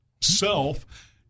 self